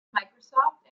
microsoft